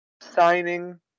signing